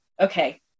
okay